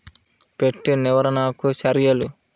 Pest నివారణకు చర్యలు?